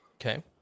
Okay